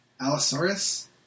Allosaurus